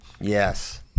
Yes